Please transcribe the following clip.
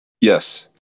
Yes